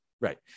Right